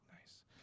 nice